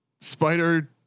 spider